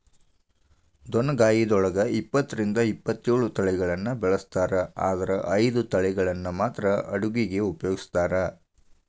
ಡೊಣ್ಣಗಾಯಿದೊಳಗ ಇಪ್ಪತ್ತರಿಂದ ಇಪ್ಪತ್ತೇಳು ತಳಿಗಳನ್ನ ಬೆಳಿಸ್ತಾರ ಆದರ ಐದು ತಳಿಗಳನ್ನ ಮಾತ್ರ ಅಡುಗಿಗ ಉಪಯೋಗಿಸ್ತ್ರಾರ